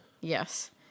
Yes